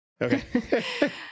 Okay